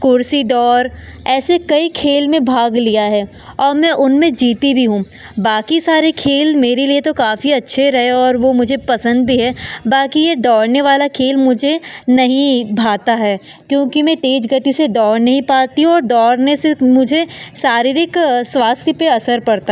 कुर्सी दौड़ ऐसे कई खेल में भाग लिया है और मैं उनमें जीती भी हूँ बाकी सारे खेल मेरे लिए तो काफ़ी अच्छे रहे और वह मुझे पसंद भी है बाकी यह दौड़ने वाला खेल मुझे नहीं भाता है क्योंकि मैं तेज़ गति से दौड़ नहीं पाती हूँ और दौड़ने से मुझे शारीरिक स्वास्थय पर असर पड़